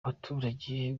abaturage